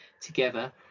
together